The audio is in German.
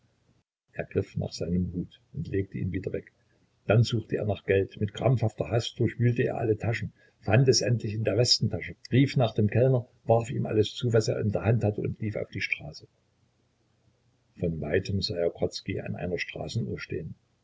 er griff nach seinem hut und legte ihn wieder weg dann suchte er nach geld mit krampfhafter hast durchwühlte er alle taschen fand es endlich in der westentasche rief nach dem kellner warf ihm alles zu was er in der hand hatte und lief auf die straße von weitem sah er grodzki an einer straßenuhr stehen